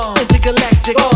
intergalactic